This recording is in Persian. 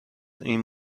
این